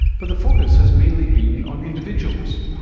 but the focus has mainly been on individuals.